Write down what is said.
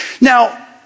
Now